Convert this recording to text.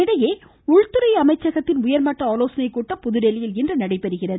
இதனிடையே உள்துறை அமைச்சகத்தின் உயர்மட்ட ஆலோசனைக் கூட்டம் புதுதில்லியில் இன்று நடைபெறுகிறது